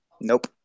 nope